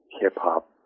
hip-hop